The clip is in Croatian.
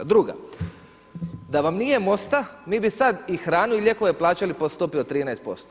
Druga, da vam nije MOST-a mi bi sad i hranu i lijekove plaćali po stopi od 13%